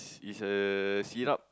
is a syrups